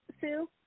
Sue